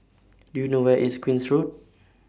Do YOU know Where IS Queen's Road